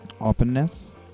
openness